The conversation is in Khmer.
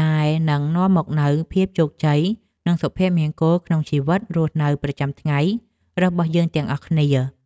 ដែលនឹងនាំមកនូវភាពជោគជ័យនិងសុភមង្គលក្នុងជីវិតរស់នៅប្រចាំថ្ងៃរបស់យើងទាំងអស់គ្នា។